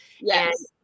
yes